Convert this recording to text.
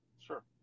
Sure